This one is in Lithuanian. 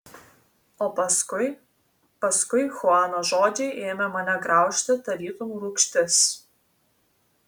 o paskui paskui chuano žodžiai ėmė mane graužti tarytum rūgštis